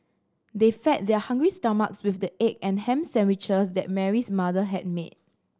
they fed their hungry stomachs with the egg and ham sandwiches that Mary's mother had made